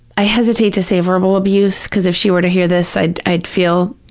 i hesitate to say verbal abuse because, if she were to hear this, i'd i'd feel